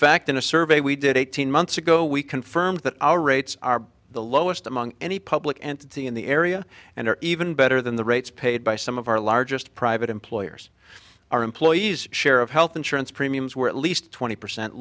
fact in a survey we did eighteen months ago we confirmed that our rates are the lowest among any public entity in the area and are even better than the rates paid by some of our largest private employers our employees share of health insurance premiums were at least twenty percent